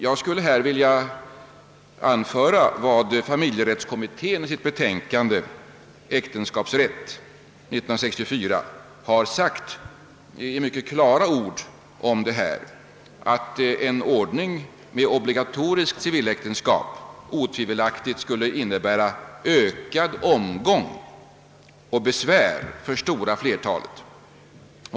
Jag skulle vilja erinra om vad familjerättskommittén i sitt betänkande Äktenskapsrätt, som avlämnades år 1964, i mycket klara ord har sagt, nämligen att en ordning med obligatoriskt civiläktenskap utan tvivel skulle innebära ökad omgång och besvär för det stora flertalet.